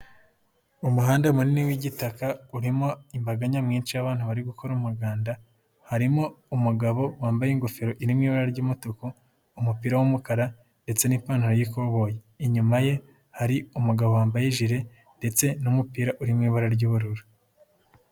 Mu muhanda munini w'igitaka urimo imbaga nyamwinshi y'abantu bari gukora umuganda, harimo umugabo wambaye ingofero iririmo ibara ry'umutuku, umupira w'umukara ndetse n'ipantaro y'ikoboyi. Inyuma ye hari umugabo wambaye jile, ndetse n'umupira uri mu ibara ry'ubururu.